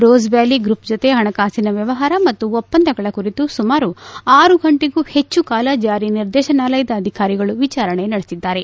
rose Valley group ಜತೆ ಹಣಕಾಸಿನ ವ್ಯವಹಾರ ಮತ್ತು ಒಪ್ಪಂದಗಳ ಕುರಿತು ಸುಮಾರು ಆರು ಗಂಟಿಗೂ ಹೆಚ್ಚು ಕಾಲ ಜಾರಿ ನಿರ್ದೇಶನಾಲಯದ ಅಧಿಕಾರಿಗಳು ವಿಚಾರಣೆ ನಡೆಸಿದ್ದಾರೆ